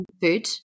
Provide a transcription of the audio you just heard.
food